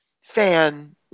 fan